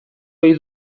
ohi